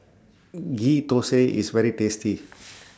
Ghee Thosai IS very tasty